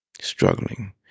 struggling